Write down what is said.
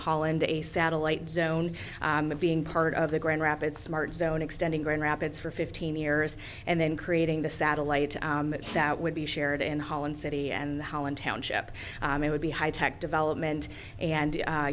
holland a satellite zone to being part of the grand rapids smart zone extending grand rapids for fifteen years and then creating the satellite that would be shared in holland city and the holland township would be high tech development and u